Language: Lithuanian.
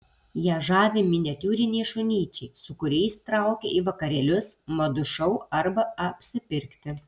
ją žavi miniatiūriniai šunyčiai su kuriais traukia į vakarėlius madų šou arba apsipirkti